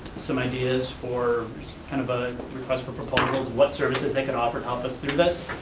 some ideas for kind of a request for proposals, what services they could offer to help us through this.